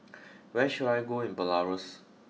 where should I go in Belarus